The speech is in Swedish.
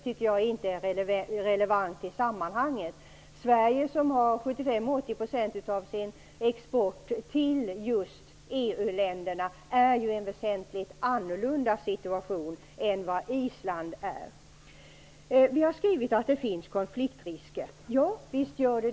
75--80 % av Sveriges export går till EU-länderna. Det gör att Sverige är i en väsentligt annorlunda situation jämfört med Island. Vi har skrivit att det finns konfliktrisker.